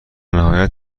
نهایت